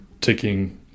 ticking